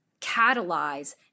catalyze